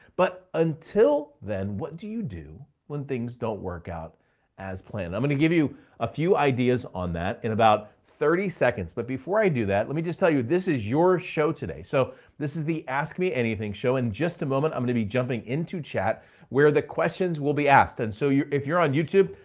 but until then, what do you do when things don't work out as planned? i'm gonna give you a few ideas on that in about thirty seconds, but before i do that, let me just tell you, this is your show today, so this is the ask me anything show. in just a moment, i'm gonna be jumping into chat where the questions will be asked. and so if you're on youtube,